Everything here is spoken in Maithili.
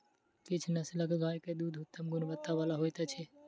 किछ नस्लक गाय के दूध उत्तम गुणवत्ता बला होइत अछि